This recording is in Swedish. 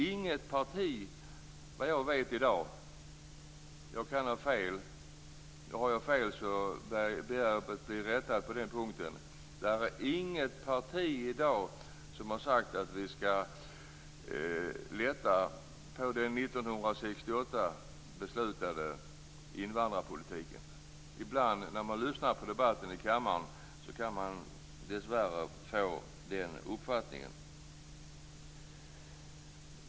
Inget parti i dag - rätta mig om jag har fel på den punkten - har sagt att man skall lätta på beslutet från 1968. Ibland får jag den uppfattningen när jag lyssnar på debatten i den kammaren.